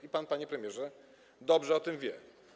I pan, panie premierze, dobrze o tym wie.